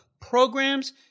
programs